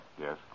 Yes